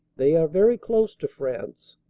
they are very close to france.